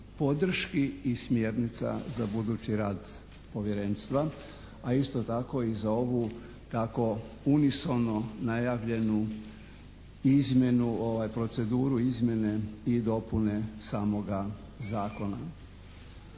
podrški i smjernica za budući rad Povjerenstva, a isto tako i za ovu tako unisono najavljenu izmjenu, proceduru izmjene i dopune samoga zakona.